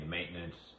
Maintenance